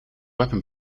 weapon